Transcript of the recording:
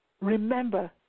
remember